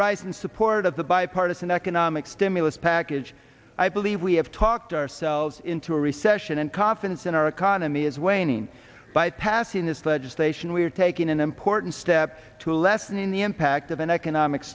rise in support of the bipartisan economic stimulus package i believe we have talked ourselves into a recession and confidence in our economy is waning by passing this legislation we are taking an important step to lessening the impact of an economic